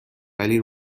ولی